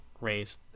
raise